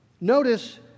Notice